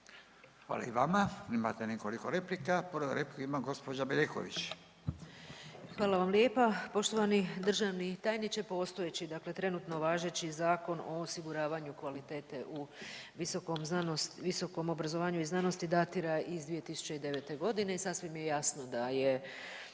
Hvala i vama. Imate nekoliko replika. Prvu repliku ima gospođa Bedeković. **Bedeković, Vesna (HDZ)** Hvala vam lijepa. Poštovani državni tajniče postojeći, dakle trenutno važeći Zakon o osiguravanju kvalitete u visokom obrazovanju i znanosti datira iz 2009. godine i sasvim je jasno da je,